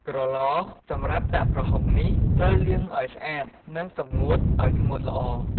ក្រឡសម្រាប់ដាក់ប្រហុកនេះ ត្រូវលាងឱ្យស្អាត និងសម្ងួតឱ្យស្ងួតល្អ។